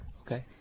Okay